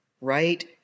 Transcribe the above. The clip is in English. right